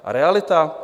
A realita?